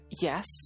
Yes